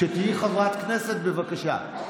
כשתהיי חברת כנסת, בבקשה.